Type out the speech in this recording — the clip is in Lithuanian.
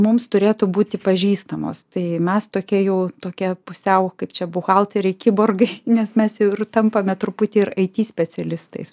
mums turėtų būti pažįstamos tai mes tokie jau tokie pusiau kaip čia buhalteriai kiborgai nes mes jau ir tampame truputį ir it specialistais